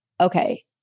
Okay